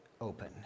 open